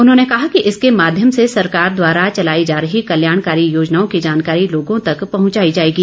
उन्होंने कहा कि इसके माध्यम से सरकार द्वारा चलाई जा रही कल्याणकारी योजनाओं की जानकारी लोगों तक पहुंचाई जाएगी